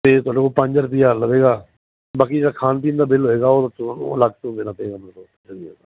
ਤੇ ਉਹ ਪੰਜ ਹਜਾਰ ਲਵੇਗਾ ਬਾਕੀ ਜਿਹੜਾ ਖਾਣ ਪੀਣ ਦਾ ਬਿੱਲ ਹੋਏਗਾ ਉਹ ਅਲੱਗ ਤੋਂ ਦੇਣਾ ਪਏਗਾ ਮਤਲਬ